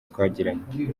twagiranye